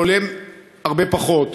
זה עולה הרבה פחות,